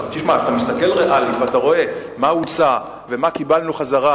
אתה מסתכל ריאלית ואתה רואה מה הוצע ומה קיבלנו חזרה,